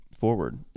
forward